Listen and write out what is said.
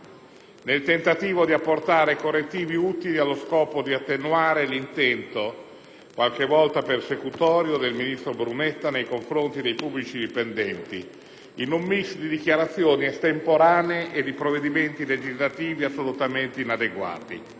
nel tentativo di apportare correttivi utili allo scopo di attenuare l'intento qualche volta "persecutorio" del ministro Brunetta nei confronti dei pubblici dipendenti, in un *mix* di dichiarazioni estemporanee e di provvedimenti legislativi assolutamente inadeguati.